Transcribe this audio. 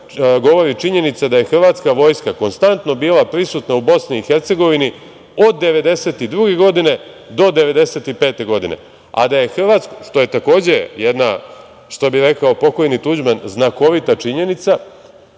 govori činjenica je hrvatska vojska konstantno bila prisutna u BiH od 1992. do 1995. godine, što je takođe jedna, što bi rekao pokojni Tuđman, znakovita činjenica